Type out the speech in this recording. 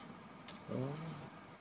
oh